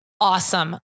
awesome